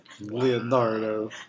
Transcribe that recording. Leonardo